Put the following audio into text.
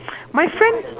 my friend